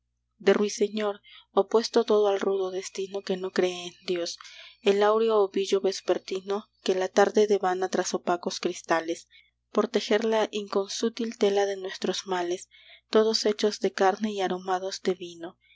de ruiseñor opuesto todo al rudo destino que no cree en dios el áureo ovillo vespertino que la tarde devana tras opacos cristales por tejer la inconsútil tela de nuestros males todos hechos de carne y aromados de vino